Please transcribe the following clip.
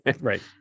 Right